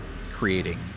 Creating